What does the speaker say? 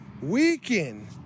weekend